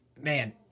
man